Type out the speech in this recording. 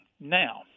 Now